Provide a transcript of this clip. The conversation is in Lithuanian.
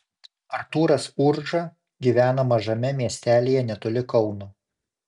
artūras urža gyvena mažame miestelyje netoli kauno